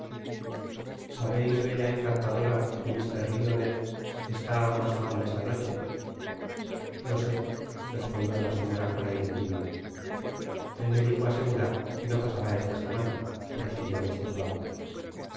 sabéis bella encantadora que mr lloret está mas malo esta noche lo sé respondió la señora con aire timido el médico asegura que no pasará esta sematt'a prosíguió